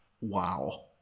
wow